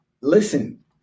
Listen